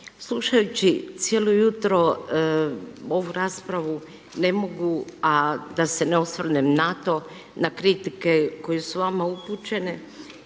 Slušajući cijelo jutro ovu raspravu ne mogu, a da se ne osvrnem na to na kritike koje su vama upućene